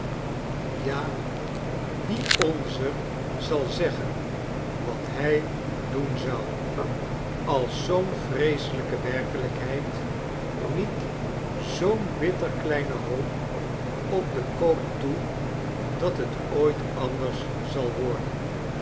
ja wie onzer zal zeggen wat hij doen zou als zoo'n vreeseiyke werkelijkheid niet zoo'n bitter kleine hoop op den koop toe dat het ooit anders zal worden